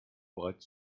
bereits